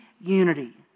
unity